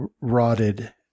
rotted